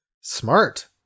Smart